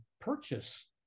purchase